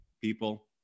people